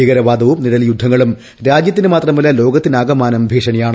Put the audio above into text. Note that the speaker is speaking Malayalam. ഭീകരവാദവും നിഴൽ യുദ്ധങ്ങളും രാജ്യത്തിന് മാത്രമല്ല ലോകത്തിനാ കമാനം ഭീഷണിയാണ്